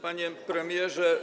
Panie Premierze!